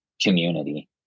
community